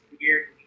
weird